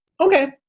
Okay